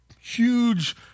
huge